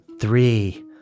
Three